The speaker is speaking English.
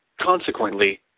consequently